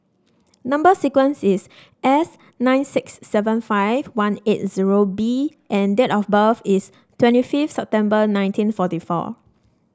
number sequence is S nine six seven five one eight zero B and date of birth is twenty fifth September nineteen forty four